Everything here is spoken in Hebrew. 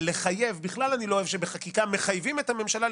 בכלל אני לא אוהב שבחקיקה מחייבים את הממשלה,